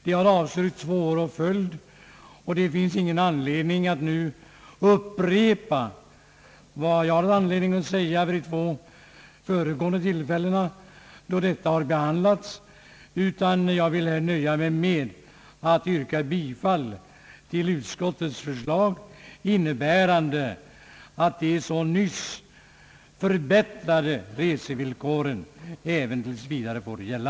Det har avslagits två år i följd, och det finns ingen anledning att upprepa vad jag sade vid de två föregående tillfällen då denna fråga behandlades. Jag vill därför här nöja mig med att yrka bifall till utskottets förslag, innebärande att de så nyss förbättrade resevillkoren tills vidare får gälla.